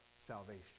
salvation